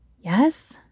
Yes